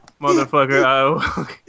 Motherfucker